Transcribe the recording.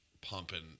pumping